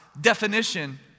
definition